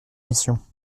missions